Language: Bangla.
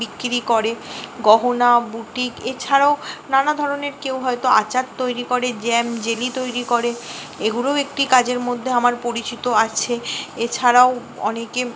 বিক্রি করে গহনা বুটিক এছাড়াও নানা ধরনের কেউ হয়তো আচার তৈরি করে জ্যাম জেলি তৈরি করে এগুলোও একটি কাজের মধ্যে আমার পরিচিত আছে এছাড়াও অনেকে